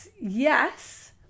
yes